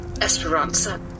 Esperanza